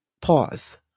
pause